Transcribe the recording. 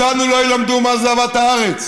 אותנו לא ילמדו מה זו אהבת הארץ.